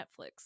Netflix